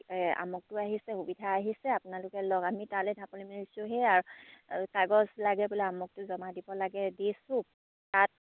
আমুকটো আহিছে সুবিধা আহিছে আপোনালোকে লওক আমি তালৈ ঢাপলি মেলিছোঁ সেয়াই আৰু কাগজ লাগে বোলে আমুকটো জমা দিব লাগে দিছোঁ তাত